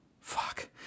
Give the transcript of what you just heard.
Fuck